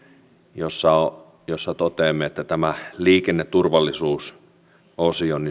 jossa jossa toteamme että tätä liikenneturvallisuusosiota